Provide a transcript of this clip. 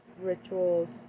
rituals